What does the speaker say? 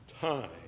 time